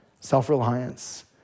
self-reliance